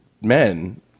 men